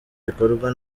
bikorwa